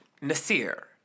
Nasir